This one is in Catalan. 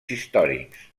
històrics